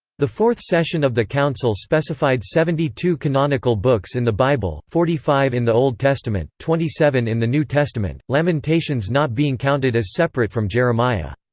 the fourth session of the council specified seventy two canonical books in the bible forty five in the old testament, twenty seven in the new testament lamentations not being counted as separate from jeremiah.